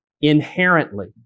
inherently